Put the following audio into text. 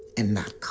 and not